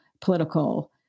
political